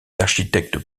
architectes